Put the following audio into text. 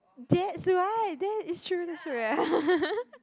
that's why that is true that's true